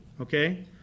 okay